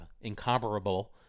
incomparable